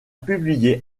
publié